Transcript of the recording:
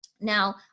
Now